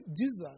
Jesus